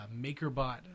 MakerBot